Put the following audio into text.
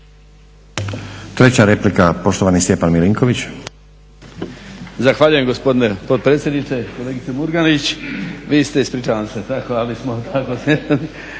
Treća replika poštovani Stjepan Milinković.